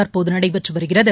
தற்போதுநடைபெற்றுவருகிறது